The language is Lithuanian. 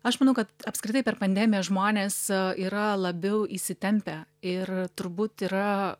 aš manau kad apskritai per pandemiją žmonės yra labiau įsitempę ir turbūt yra